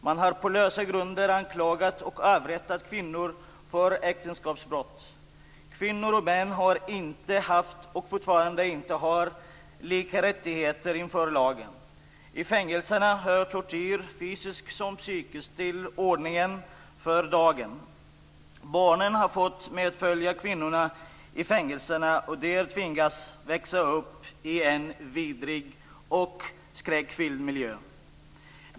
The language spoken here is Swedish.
Man har på lösa grunder anklagat och avrättat kvinnor för äktenskapsbrott. Kvinnor och män har inte haft, och har fortfarande inte, lika rättigheter inför lagen. I fängelserna hör tortyr, fysisk som psykisk, till ordningen för dagen. Barnen har fått medfölja kvinnorna i fängelserna och där tvingats växa upp i en vidrig och skräckfylld miljö.